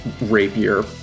rapier